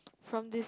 from this